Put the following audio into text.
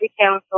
Council